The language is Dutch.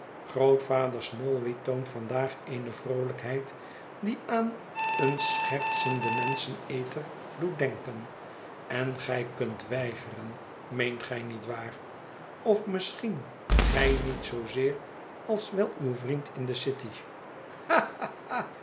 grootvader smallweed toont vandaag eene vroolijkheid die aan een schertsenden menscheneter doet denken en gij kunt weigeren meent gij niet waar of misschien gij niet zoozeer als wel uw vriend in de city